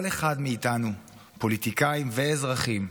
כל אחד מאיתנו, פוליטיקאים ואזרחים,